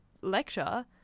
lecture